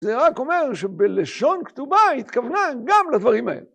זה רק אומר שבלשון כתובה היא התכוונה גם לדברים האלה.